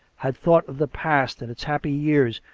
had thought of the past and its happy years,